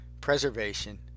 preservation